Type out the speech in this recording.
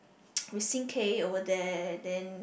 we sing K over there then